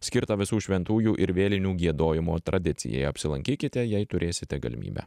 skirtą visų šventųjų ir vėlinių giedojimo tradicijai apsilankykite jei turėsite galimybę